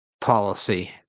policy